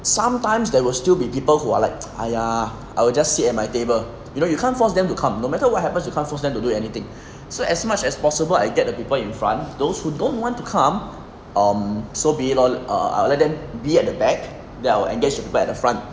sometimes there will still be people who are like !aiya! I will just sit at my table you know you can't force them to come no matter what happens you can't force them to do anything so as much as possible I get the people in front those who don't want to come um so be it on lor I'll let them be at the back then I'll engaged the people at the front